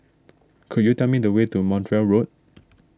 could you tell me the way to Montreal Road